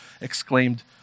exclaimed